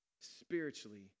spiritually